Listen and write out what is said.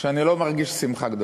שאני לא מרגיש שמחה גדולה.